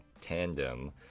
tandem